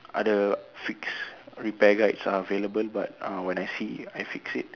other fix repair guides are available but uh when I see I fix it